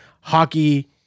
hockey